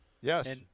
Yes